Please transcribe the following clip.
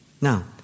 Now